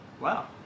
Wow